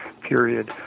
period